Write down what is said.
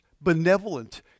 benevolent